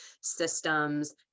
systems